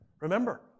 Remember